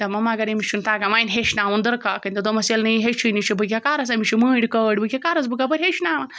دَپان مگر أمِس چھُنہٕ تَگان وۄنۍ ہیٚچھناوُن دُرکاکَنۍ تہِ دوٚپمَس ییٚلہِ نہٕ یہِ ہیٚچھٲنی چھِ بہٕ کیٛاہ کَرَس أمِس چھِ مٔنٛڈۍ کٲڈۍ بہٕ کیٛاہ کَرَس بہٕ کَپٲرۍ ہیٚچھناوَن